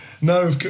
No